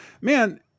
Man